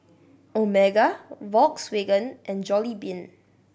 Omega Volkswagen and Jollibean